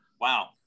wow